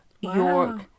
York